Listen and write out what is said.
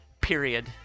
Period